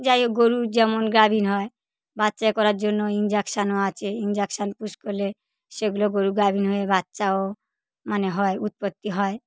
যাই হোক গরুর যেমন গাভিন হয় বাচ্চা করার জন্য ইনজেকশানও আছে ইনজেকশান পুশ করলে সেগুলো গরু গাভিন হয়ে বাচ্চাও মানে হয় উৎপত্তি হয়